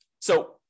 So-